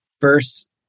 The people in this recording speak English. first